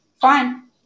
fine